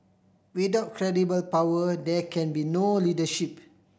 without credible power there can be no leadership